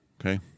okay